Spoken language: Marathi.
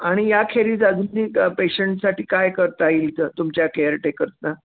आणि या खेरीच अजून पेशंटसाठी काय करता येईल तर तुमच्या केअरटेकर्सना